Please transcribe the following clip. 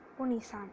Punisan